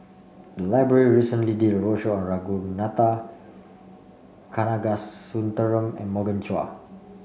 the library recently did a roadshow on Ragunathar Kanagasuntheram and Morgan Chua